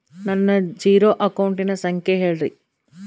ನನ್ನ ಜೇರೊ ಅಕೌಂಟಿನ ಸಂಖ್ಯೆ ಹೇಳ್ರಿ?